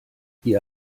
ihr